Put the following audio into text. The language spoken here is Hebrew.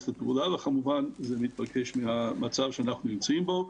לפעולה וכמובן זה מתבקש מהמצב שאנחנו נמצאים בו.